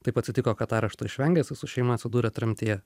taip atsitiko kad arešto išvengė jisai su šeima atsidūrė tremtyje